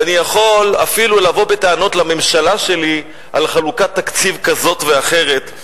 ואני יכול אפילו לבוא בטענות לממשלה שלי על חלוקת תקציב כזו או אחרת.